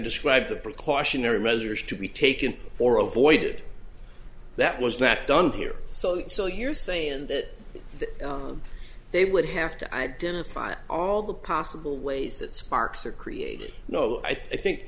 describe the precautionary measures to be taken or avoided that was not done here so so you're saying that they would have to identify all the possible ways that sparks are created no i think